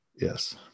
yes